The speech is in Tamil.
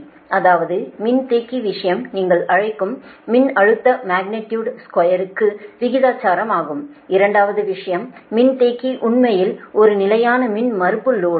எனவே அதுதான் QC அதாவது மின்தேக்கி விஷயம் நீங்கள் அழைக்கும் மின்னழுத்த மக்னிடியுடு ஸ்குயருக்கு விகிதாசாரமாகும் இரண்டாவது விஷயம் மின்தேக்கி உண்மையில் ஒரு நிலையான மின்மறுப்பு லோடு